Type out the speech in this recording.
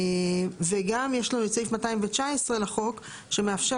וגם יש לנו את סעיף 219 לחוק שמאפשר